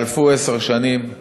חלפו עשר שנים.